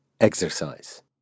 exercise